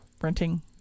renting